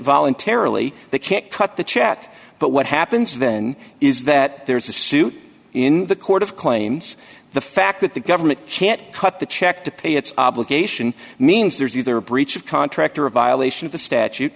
voluntarily they can't cut the chat but what happens then is that there's a suit in the court of claims the fact that the government can't cut the check to pay its obligation means there's either a breach of contract or a violation of the statu